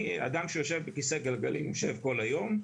אדם שיושב בכיסא גלגלים יושב כל היום,